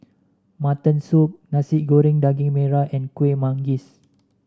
Mutton Soup Nasi Goreng Daging Merah and Kuih Manggis